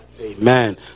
Amen